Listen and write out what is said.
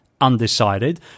Undecided